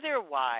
Otherwise